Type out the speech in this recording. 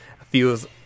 feels